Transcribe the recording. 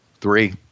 three